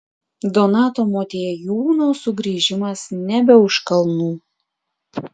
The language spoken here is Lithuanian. donato motiejūno sugrįžimas nebe už kalnų